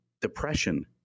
depression